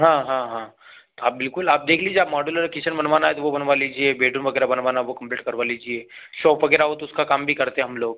हाँ हाँ हाँ तो आप बिल्कुल आप देख लीजिए आप मॉडुलर किचेन बनवाना है तो वह बनवा लीजिए बेडरूम वगैरह बनवाना वह कम्प्लीट करवा लीजिए शोप वगैरह हो तो उसका काम भी करते हम लोग